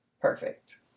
Perfect